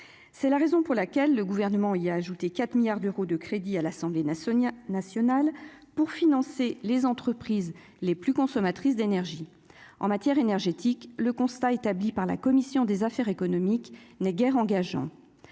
c'est la raison pour laquelle le gouvernement il y a ajouté 4 milliards d'euros de crédits à l'Assemblée n'a Sonia national pour financer les entreprises les plus consommatrices d'énergie en matière énergétique, le constat établi par la commission des affaires économiques n'est guère engageant